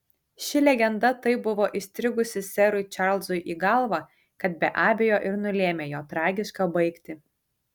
ši legenda taip buvo įstrigusi serui čarlzui į galvą kad be abejo ir nulėmė jo tragišką baigtį